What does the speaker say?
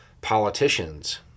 politicians